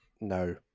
No